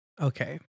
Okay